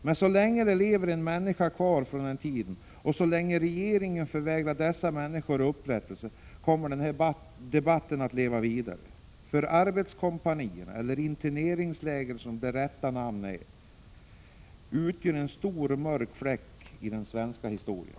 Men så länge det finns en människa från den tiden, och så länge regeringen förvägrar dessa människor upprättelse, kommer den här debatten att leva vidare, för arbetskompanierna, eller interneringslägren som är det rätta namnet, utgör en stor, mörk fläck i den svenska historien.